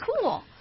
cool